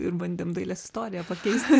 ir bandėm dailės istoriją pakeist